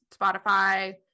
Spotify